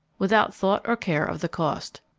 without thought or care of the cost.